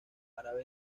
árabes